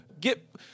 Get